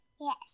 Yes